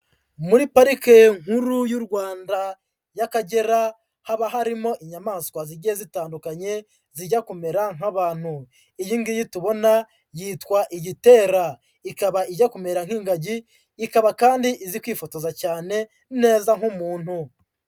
Muri parike nkuru y'u Rwanda y'Akagera, haba harimo inyamaswa zigiye zitandukanye zijya kumera nk'abantu, iyi ngiyi tubona yitwa igitera, ikaba ijya kumera nk'ingagi ikaba kandi izi kwifotoza cyane neza nk'umuntu.